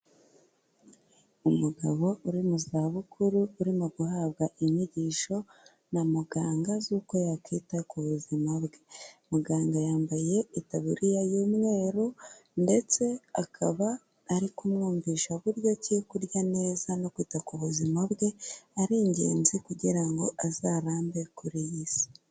Umugabo uri mu za bukuru urimo guhabwa inyigisho na muganga z'uko yakwita ku buzima bwe. Muganga yambaye itaburiya y'umweru ndetse akaba ari kumwumvisha uburyoki kurya neza no kwita ku buzima bwe ari ingenzi kugira ngo azarambe kure y'isi.